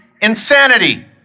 insanity